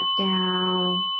down